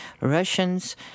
Russians